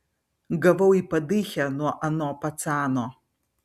gavau į padychę nuo ano pacano